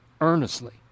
earnestly